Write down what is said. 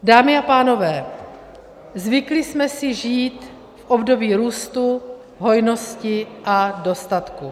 Dámy a pánové, zvykli jsme si žít v období růstu, hojnosti a dostatku.